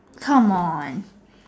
come on